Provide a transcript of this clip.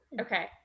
Okay